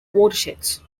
watersheds